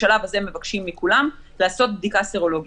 בשלב הזה מבקשים מכולם לעשות בדיקה סרולוגית.